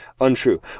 untrue